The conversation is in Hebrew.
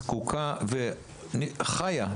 חיה,